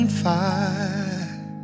fire